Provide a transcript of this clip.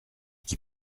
qui